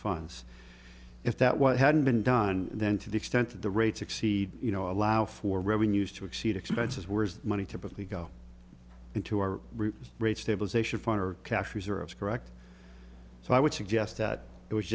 fines if that what hadn't been done then to the extent that the rates exceed you know allow for revenues to exceed expenses were money typically go into our rate stabilization fund or cash reserves correct so i would suggest that it was